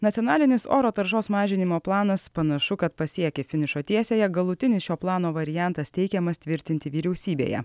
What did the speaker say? nacionalinis oro taršos mažinimo planas panašu kad pasiekė finišo tiesiąją galutinis šio plano variantas teikiamas tvirtinti vyriausybėje